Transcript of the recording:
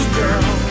girl